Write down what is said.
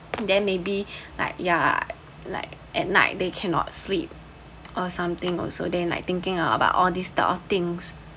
then maybe like ya like at night they cannot sleep or something also then like thinking about all these type of things